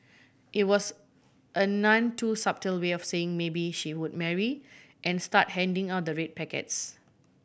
it was a none too subtle way of saying maybe she would marry and start handing out the red packets